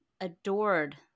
adored